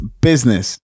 business